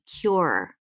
cure